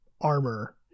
armor